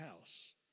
house